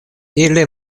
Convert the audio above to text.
ili